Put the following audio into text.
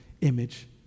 image